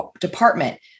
department